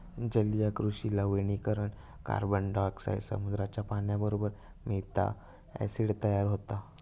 जलीय कृषि लवणीकरण कार्बनडायॉक्साईड समुद्राच्या पाण्याबरोबर मिळता, ॲसिड तयार होता